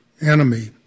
enemy